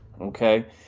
Okay